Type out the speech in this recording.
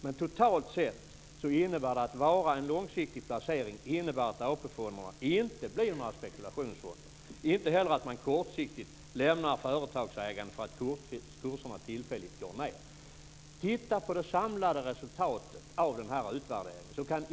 Men totalt sett innebär en långsiktig placering att AP fonderna inte blir några spekulationsfonder, inte heller att man kortsiktigt lämnar företagsägandet för att kurserna tillfälligt går ned. Titta på det samlade resultatet av den här utvärderingen.